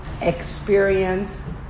experience